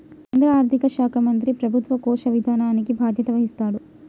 కేంద్ర ఆర్థిక శాఖ మంత్రి ప్రభుత్వ కోశ విధానానికి బాధ్యత వహిస్తాడు